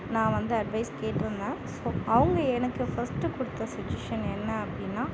நான் வந்து அட்வைஸ் கேட்ருந்தேன் ஸோ அவங்க எனக்கு ஃபர்ஸ்ட் கொடுத்த சஜ்ஜஷன் என்ன அப்படின்னா